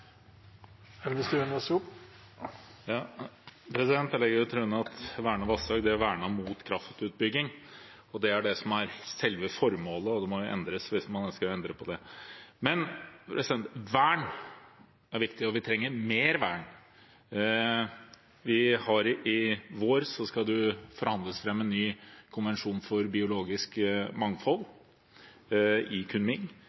Jeg legger til grunn at vernede vassdrag er vernet mot kraftutbygging. Det er det som er selve formålet, og det må endres hvis man ønsker å endre på det. Vern er viktig, og vi trenger mer vern. I vår skal det forhandles fram en ny konvensjon for biologisk mangfold i Kunming,